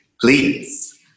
Please